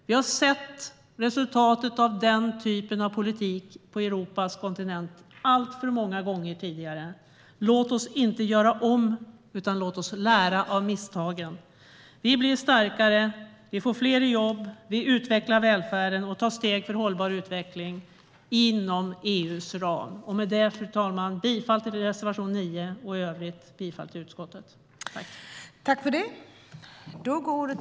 Vi har sett resultatet av den typen av politik på Europas kontinent alltför många gånger tidigare. Låt oss inte göra om det, utan låt oss lära av misstagen. Vi blir starkare, vi får fler jobb, vi utvecklar välfärden och tar steg för hållbar utveckling inom EU:s ram. Fru talman! Jag yrkar bifall till reservation 9 och i övrigt till utskottets förslag i betänkandet.